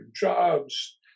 jobs